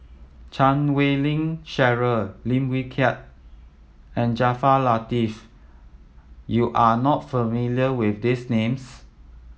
Chan Wei Ling Cheryl Lim Wee Kiak and Jaafar Latiff you are not familiar with these names